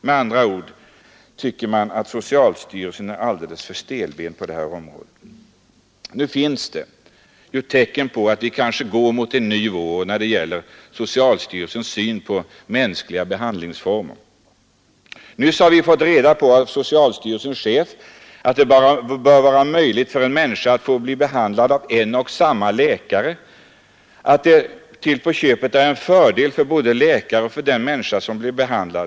Med andra ord tycker man att socialstyrelsen är alltför stelbent på detta område. Nu finns det tecken på att vi går mot en ny vår när det gäller socialstyrelsens syn på mänskliga behandlingsformer. Nyss har vi fått reda på av socialstyrelsens chef, att det bör vara möjligt för en människa att få bli behandlad av en och samma läkare i stället för att ses som ett nummer och kastas från den ena till den andra.